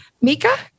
Mika